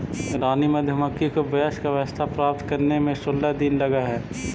रानी मधुमक्खी को वयस्क अवस्था प्राप्त करने में सोलह दिन लगह हई